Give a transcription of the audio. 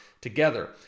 together